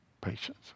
patience